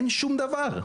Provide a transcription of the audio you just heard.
אין שום דבר,